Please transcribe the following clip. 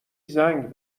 زنگ